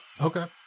Okay